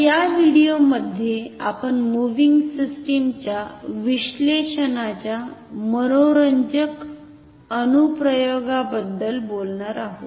या व्हिडिओमध्ये आपण मुव्हिंग सिस्टिम च्या विश्लेषणाच्या मनोरंजक अनुप्रयोगाबद्दल बोलणार आहोत